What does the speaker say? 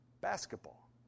Basketball